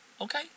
okay